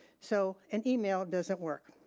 so an email doesn't work.